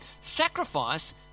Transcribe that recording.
sacrifice